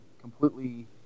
completely